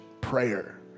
prayer